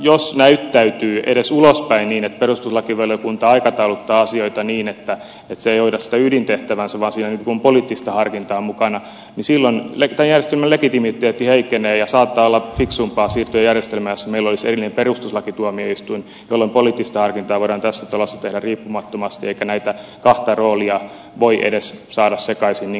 jos näyttäytyy edes ulospäin niin että perustuslakivaliokunta aikatauluttaa asioita niin että se ei hoida sitä ydintehtäväänsä vaan siinä on poliittista harkintaa mukana silloin tämän järjestelmän legitimiteetti heikkenee ja saattaa olla fiksumpaa siirtyä järjestelmään jossa meillä olisi erillinen perustuslakituomioistuin jolloin poliittista harkintaa voidaan tässä talossa tehdä riippumattomasti eikä näitä kahta roolia voi edes saada sekaisin niin kuin nyt on vaarassa käydä